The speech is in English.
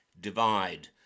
divide